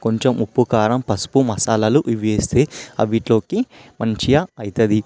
కొంచెం ఉప్పు కారం పసుపు మసాలాలు ఇవి వేస్తే వాటిలోకి మంచిగా అవుతుంది